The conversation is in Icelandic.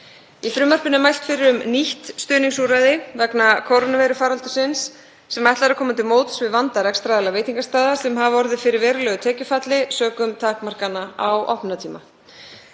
Í frumvarpinu er mælt fyrir um nýtt stuðningsúrræði vegna kórónuveirufaraldursins sem ætlað er að koma til móts við vanda rekstraraðila veitingastaða sem hafa orðið fyrir verulegu tekjufalli sökum takmarkana á opnunartíma.